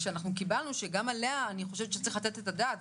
שקיבלנו שגם עליה אני חושבת שצריך לתת את הדעת.